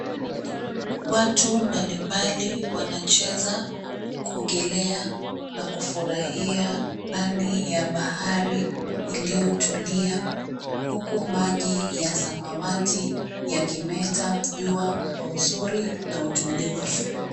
Watu mbalimbali wanacheza, kuongelea na kufurahia ndani ya bahari iliyotulia, huku maji ya samawati yakimeta jua kwa uzuri na utulivu.